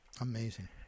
Amazing